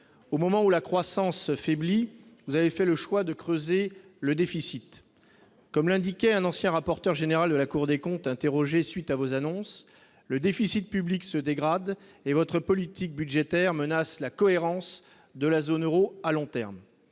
au moment où la croissance faiblit, vous avez fait le choix de creuser le déficit, comme l'indiquait un ancien rapporteur général de la Cour des comptes interrogé suite à vos annonces, le déficit public se dégrade et votre politique budgétaire menace la cohérence de la zone Euro à long terme,